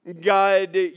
God